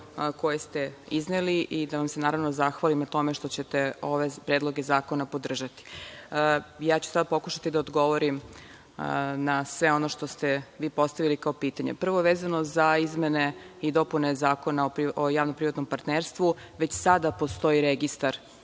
koje ste izneli i da vam se, naravno, zahvalim na tome što ćete ove predloge zakona podržati. Sada ću pokušati da odgovorim na sve ono što ste postavili kao pitanje. Prvo, vezano za izmene i dopune Zakona o javnom privatnom partnerstvu, već sada postoji registar